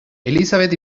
elisabet